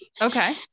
Okay